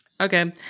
Okay